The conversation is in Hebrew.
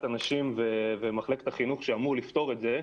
הנשים ומחלקת החינוך שאמור לפתור את זה,